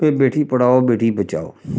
बेटी पढ़ाओ बेटी बचाओ